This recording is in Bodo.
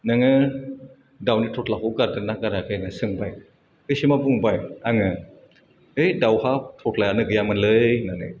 नोङो दाउनि थथ्लाखौ गारगोना गाराखै होन्नानै सोंबाय बे समाव बुंबाय आङो ओइ दाउहा थथ्लायानो गैयामोनलै होन्नानै